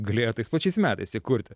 galėjo tais pačiais metais įkurti